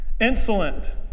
insolent